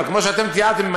אבל כמו שאתם תיארתם,